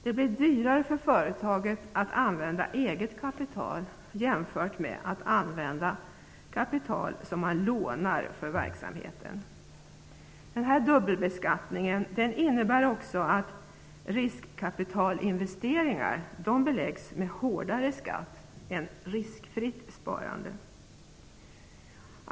Det blir dyrare för företaget att använda eget kapital jämfört med att använda kapital som man lånar upp för verksamheten. Dubbelbeskattningen innebär också att riskkapitalinvesteringar beläggs med hårdare skatt än riskfritt sparande.